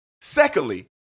Secondly